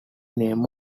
name